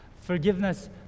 Forgiveness